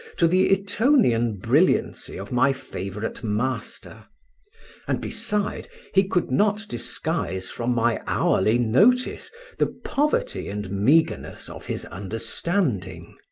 to the etonian brilliancy of my favourite master and beside, he could not disguise from my hourly notice the poverty and meagreness of his understanding.